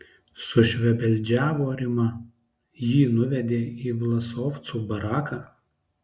sušvebeldžiavo rima jį nuvedė į vlasovcų baraką